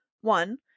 one